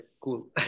Cool